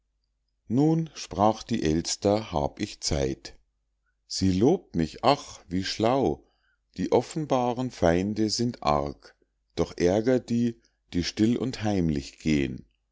nun sprach die elster hab ich zeit sie lobt mich ach wie schlau die offenbaren feinde sind arg noch ärger die die still und heimlich gehn